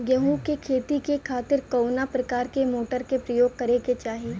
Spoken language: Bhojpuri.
गेहूँ के खेती के खातिर कवना प्रकार के मोटर के प्रयोग करे के चाही?